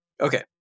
Okay